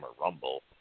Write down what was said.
Rumble